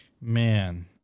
man